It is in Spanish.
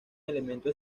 elemento